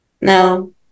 No